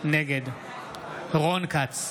נגד רון כץ,